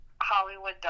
hollywood